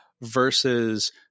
versus